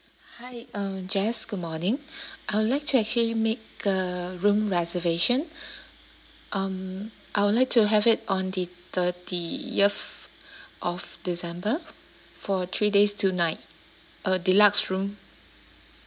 hi um jess good morning I would like to actually make a room reservation um I would like to have it on the thirtieth of december for three days two night uh deluxe room